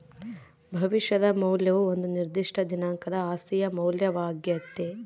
ಭವಿಷ್ಯದ ಮೌಲ್ಯವು ಒಂದು ನಿರ್ದಿಷ್ಟ ದಿನಾಂಕದ ಆಸ್ತಿಯ ಮೌಲ್ಯವಾಗ್ಯತೆ